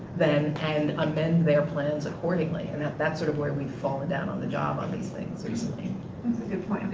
then and amend their plans accordingly. and that's that's sort of where we've fallen down on the job on these things recently. that's a good point.